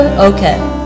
Okay